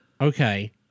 okay